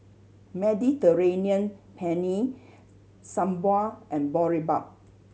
Mediterranean Penne Sambar and Boribap